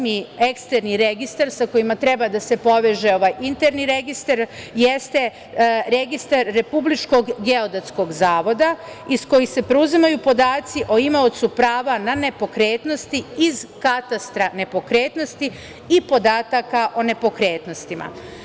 Osmi eksterni registar sa kojima treba da se poveže ovaj interni registar jeste Registar RGZO iz kojih se preuzimaju podaci o imaocu prava na nepokretnosti iz katastra nepokretnosti i podataka o nepokretnostima.